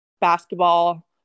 basketball